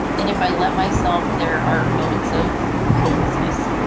and if i let myself, there are moments of hopelessness.